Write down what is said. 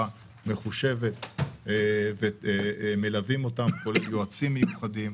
מחושבת - ומלווים אותם עם יועצים מיוחדים.